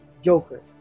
joker